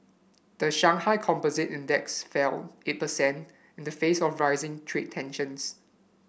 the Shanghai Composite Index fell eight percent in the face of rising trade tensions